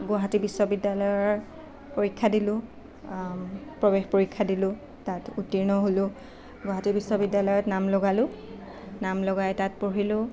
গুৱাহাটী বিশ্ৱবিদ্যালয়ৰ পৰীক্ষা দিলোঁ প্ৰৱেশ পৰীক্ষা দিলোঁ তাত উত্তীৰ্ণ হ'লোঁ গুৱাহাটী বিশ্ববিদ্যালয়ত নাম লগালোঁ নাম লগাই তাত পঢ়িলোঁ